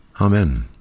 Amen